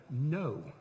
no